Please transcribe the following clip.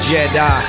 Jedi